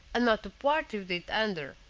and not to part with it under.